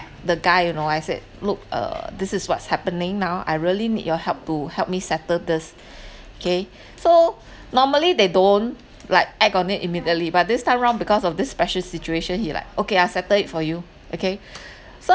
the guy you know I said look uh this is what's happening now I really need your help to help me settle this kay so normally they don't like act on it immediately but this time round because of this special situation he like okay I settle it for you okay so